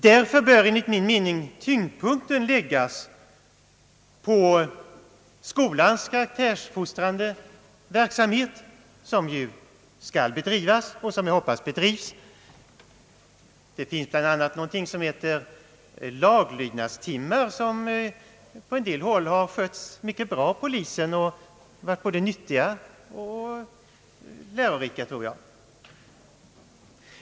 Enligt min mening bör därför tyngdpunkten läggas på skolans karaktärsfostrande verksamhet, som ju skall bedrivas och som jag hoppas bedrives. Det finns bl.a. någonting som heter undervisning i laglydnad och som på många håll har skötts mycket bra av polisen och som varit både nyttig och lärorik.